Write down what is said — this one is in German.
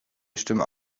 stimmen